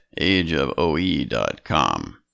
ageofoe.com